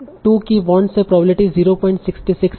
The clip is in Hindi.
To की want से प्रोबेबिलिटी 066 है